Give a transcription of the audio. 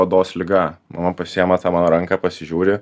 odos liga mama pasiėma tą mano ranką pasižiūri